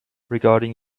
regarding